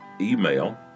email